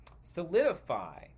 solidify